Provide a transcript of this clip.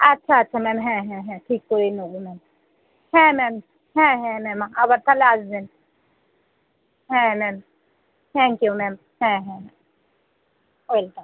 আচ্ছা আচ্ছা ম্যাম হ্যাঁ হ্যাঁ হ্যাঁ ঠিক করে নেবো ম্যাম হ্যাঁ ম্যাম হ্যাঁ হ্যাঁ ম্যাম আবার তালে আসবেন হ্যাঁ ম্যাম থ্যাংক ইউ ম্যাম হ্যাঁ হ্যাঁ ওয়েলকাম